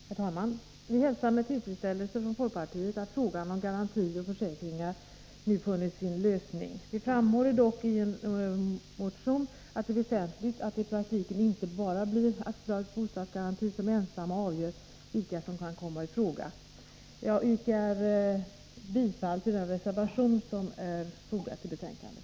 Herr talman! Folkpartiet hälsar med tillfredsställelse att frågan om garanti och försäkringar nu funnit sin lösning. Vi framhåller dock i en motion att det är väsentligt att det i praktiken inte bara blir AB Bostadsgaranti som ensamt avgör vilka som kan komma i fråga. Jag yrkar bifall till den folkpartireservation som är fogad till betänkandet.